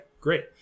great